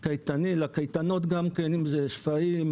ילדים לקייטנות, אם זה קייטנות לשפיים,